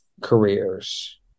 careers